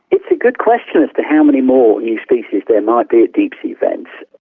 it's a good question as to how many more new species there might be at deep-sea vents.